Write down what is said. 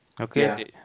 Okay